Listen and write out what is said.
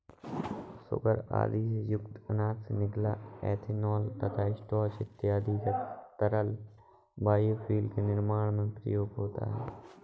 sugar आदि से युक्त अनाज से निकला इथेनॉल तथा स्टार्च इत्यादि का तरल बायोफ्यूल के निर्माण में प्रयोग होता है